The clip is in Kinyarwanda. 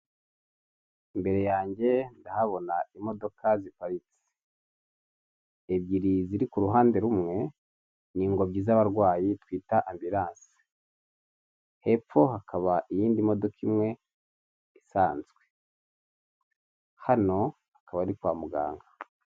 Imbere yanjye ndahabona imodoka ziparitse ebyiri ziri ku ruhande rumwe ni ingobyi z'abarwayi twita ambilance hepfo hakaba iyindi modoka imwe isanzwe hano akaba ari kwa muganga.